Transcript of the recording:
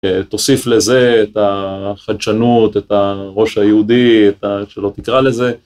תוסיף לזה את החדשנות, את הראש היהודי, את האיך שלא תקרא לזה.